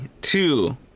two